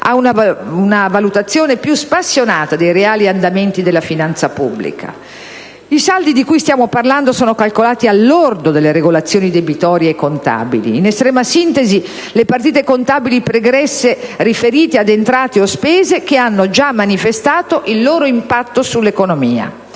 una valutazione più spassionata dei reali andamenti della finanza pubblica. I saldi di cui stiamo parlando sono calcolati al lordo delle regolazioni debitorie e contabili (in estrema sintesi, le partite contabili pregresse riferite ad entrate o spese che hanno già manifestato il loro impatto sull'economia).